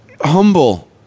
humble